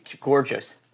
gorgeous